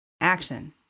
Action